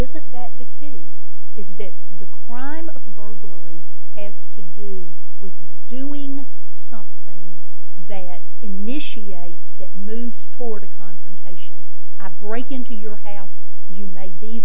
isn't that the key is that the crime of burglary has to do with doing something that initiate that moves toward a confrontation a break into your house you may be